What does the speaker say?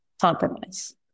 compromise